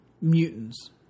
mutants